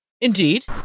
Indeed